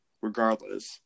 regardless